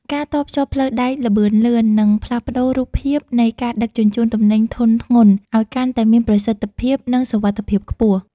ការតភ្ជាប់ផ្លូវដែកល្បឿនលឿន នឹងផ្លាស់ប្តូររូបភាពនៃការដឹកជញ្ជូនទំនិញធុនធ្ងន់ឱ្យកាន់តែមានប្រសិទ្ធភាព និងសុវត្ថិភាពខ្ពស់។